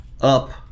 up